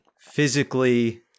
physically